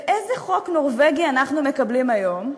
ואיזה חוק נורבגי אנחנו מקבלים היום?